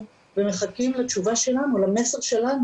מומחים לעבודה עם ילדים בתכנית היל"ה.